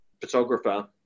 photographer